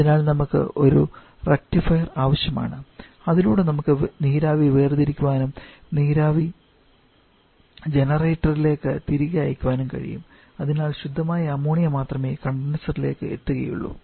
അതിനാൽ നമുക്ക് ഒരു റക്റ്റിഫയർ ആവശ്യമാണ് അതിലൂടെ നമുക്ക് നീരാവി വേർതിരിക്കാനും നീരാവി ജനറേറ്ററിലേക്ക് തിരികെ അയയ്ക്കാനും കഴിയും അതിനാൽ ശുദ്ധമായ അമോണിയ മാത്രമേ കണ്ടൻസർ ലേക്ക് എത്തുകയുള്ളൂ